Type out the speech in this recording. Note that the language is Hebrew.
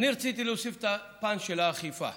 רציתי להוסיף את הפן של האכיפה.